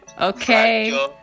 Okay